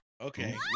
Okay